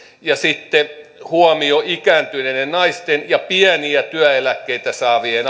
ja sitten huomioi ikääntyneiden naisten ja pieniä työeläkkeitä saavien